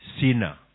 sinner